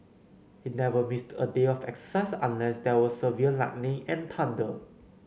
he never missed a day of exercise unless there was severe lightning and thunder